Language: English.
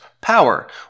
power